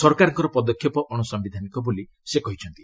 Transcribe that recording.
ସରକାରଙ୍କର ପଦକ୍ଷେପ ଅଣସାୟିଧାନିକ ବୋଲି ସେ କହିଛନ୍ତି